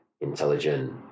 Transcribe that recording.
intelligent